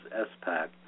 S-pack